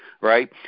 right